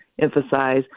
emphasize